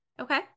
okay